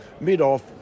mid-off